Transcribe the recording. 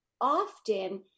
often